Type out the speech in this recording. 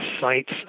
sites